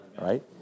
right